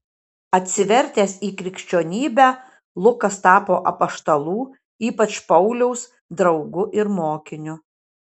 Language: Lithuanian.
atsivertęs į krikščionybę lukas tapo apaštalų ypač pauliaus draugu ir mokiniu